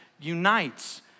unites